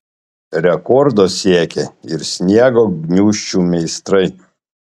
rekordo siekė ir sniego gniūžčių meistrai